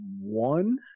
one